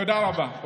תודה רבה.